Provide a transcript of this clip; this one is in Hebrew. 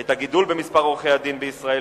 את הגידול במספר עורכי-הדין בישראל